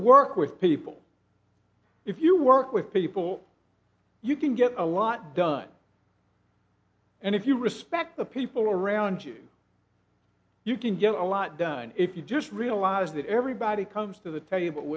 work with people if you work with people you can get a lot done and if you respect the people around you you can get a lot done if you just realize that everybody comes to the t